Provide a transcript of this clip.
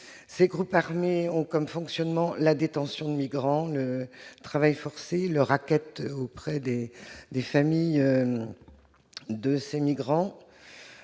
Ces groupes fonctionnent par la détention de migrants, le travail forcé et le racket auprès des familles de ces migrants,